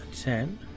ten